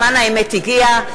זמן האמת הגיע.